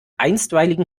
einstweiligen